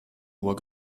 uhr